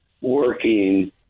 working